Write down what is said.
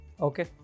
Okay